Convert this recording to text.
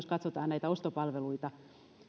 jos katsotaan puolestaan näitä ostopalveluita